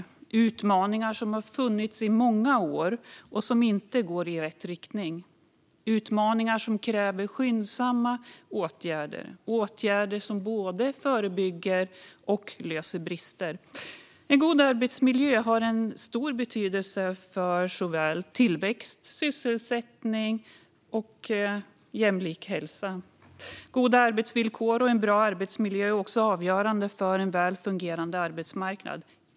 Det är utmaningar som har funnits i många år och där det inte går i rätt riktning - utmaningar som kräver skyndsamma åtgärder som både förebygger och löser brister. En god arbetsmiljö har stor betydelse för såväl tillväxt och sysselsättning som en jämlik hälsa. Goda arbetsvillkor och en bra arbetsmiljö är också avgörande för en väl fungerande arbetsmarknad.